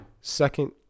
second